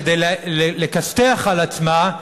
כדי לכסת"ח על עצמה,